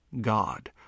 God